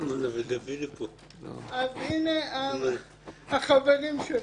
אז הנה החברים שלו.